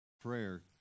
Prayer